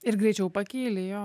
ir greičiau pakyli jo